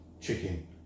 chicken